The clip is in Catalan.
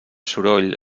soroll